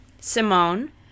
simone